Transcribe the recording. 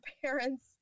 parents